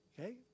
Okay